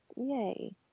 yay